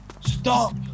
Stop